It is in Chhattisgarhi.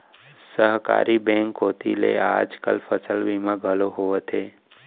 सहकारी बेंक कोती ले आज काल फसल बीमा घलौ होवथे